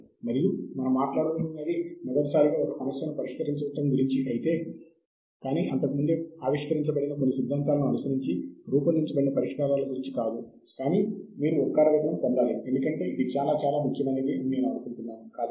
కాబట్టి ఇవి వివధ సమాజాలచే ప్రచురించబడిన జర్నల్స్ మరియు వీటిని ప్రచురణా సంస్థలు కూడా ప్రచురిస్తున్నాయి